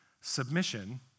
submission